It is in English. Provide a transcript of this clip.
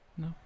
No